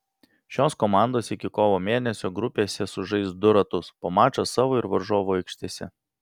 šios komandos iki kovo mėnesio grupėse sužais du ratus po mačą savo ir varžovų aikštėse